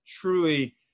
truly